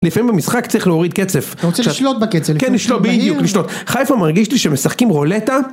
לפעמים במשחק צריך להוריד קצב. אתה רוצה לשלוט בקצב. כן לשלוט, בדיוק, לשלוט. חייפה מרגיש לי שמשחקים רולטה.